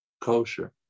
kosher